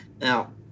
Now